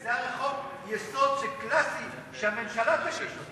הרי זה חוק-יסוד שקלאסי שהממשלה תגיש את זה.